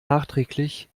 nachträglich